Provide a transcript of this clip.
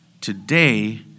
today